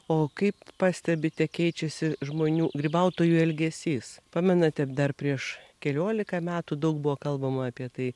o kaip pastebite keičiasi žmonių grybautojų elgesys pamenate dar prieš keliolika metų daug buvo kalbama apie tai